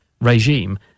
Regime